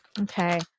okay